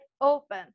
open